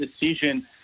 decision